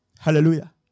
Hallelujah